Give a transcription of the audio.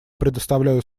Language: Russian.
предоставляю